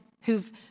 who've